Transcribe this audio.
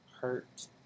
hurt